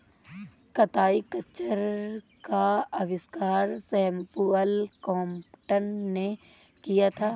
कताई खच्चर का आविष्कार सैमुअल क्रॉम्पटन ने किया था